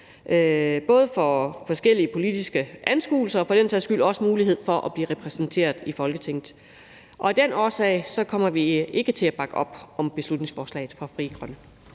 også for forskellige politiske anskuelser, og for den sags skyld også mulighed for at blive repræsenteret i Folketinget. Af den årsag kommer vi ikke til at bakke op om beslutningsforslaget fra Frie Grønne.